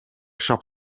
siop